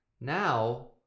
Now